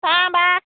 तामा